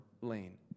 lane